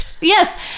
yes